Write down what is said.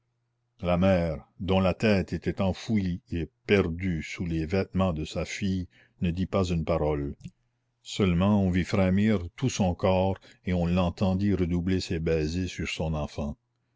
la mère dont la tête était enfouie et perdue sous les vêtements de sa fille ne dit pas une parole seulement on vit frémir tout son corps et on l'entendit redoubler ses baisers sur son enfant